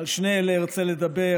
ועל שני אלה ארצה לדבר,